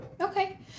Okay